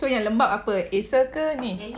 so yang lembab apa Acer ke ni